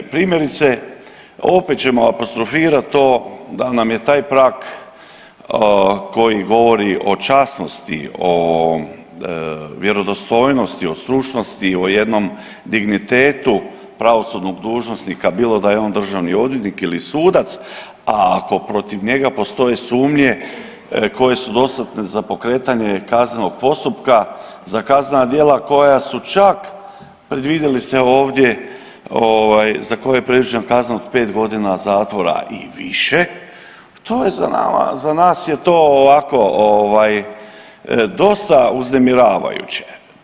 Primjerice opet ćemo apostrofirati to, da nam je taj prag koji govori o časnosti, o vjerodostojnosti, o stručnosti, o jednom dignitetu pravosudnog dužnosnika bilo da je on državni odvjetnik ili sudac, a ako protiv njega postoje sumnje koje su dostatne za pokretanje kaznenog postupka za kaznena djela koja su čak predvidjeli ste ovdje, za koje je predviđena kazna od 5 godina zatvora i više to je za nas je to ovako dosta uznemiravajuće.